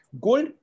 Gold